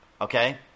okay